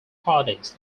parties